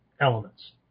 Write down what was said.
elements